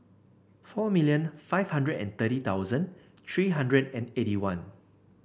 four million five hundred and thirty thousand three hundred and eighty one